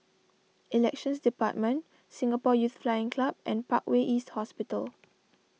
Elections Department Singapore Youth Flying Club and Parkway East Hospital